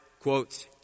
quotes